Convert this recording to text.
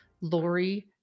Lori